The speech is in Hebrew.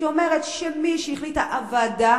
שאומרת שמי שהחליטה הוועדה,